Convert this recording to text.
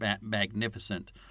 magnificent